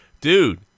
Dude